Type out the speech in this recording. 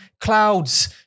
Clouds